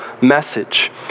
message